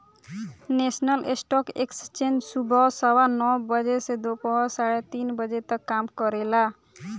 national stock exchange सुबह सवा नौ बजे से दोपहर साढ़े तीन बजे तक काम करेला